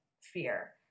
fear